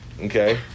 okay